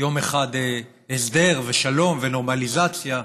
יום אחד הסדר ושלום ונורמליזציה,